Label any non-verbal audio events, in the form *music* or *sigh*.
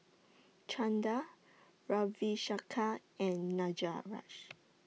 Chanda Ravi Shankar and *unintelligible*